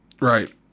Right